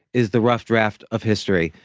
is the rough draft of history.